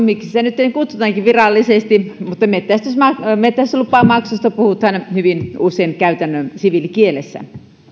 miksi sitä nyt kutsutaankin virallisesti mutta metsästyslupamaksusta puhutaan hyvin usein käytännön siviilikielessä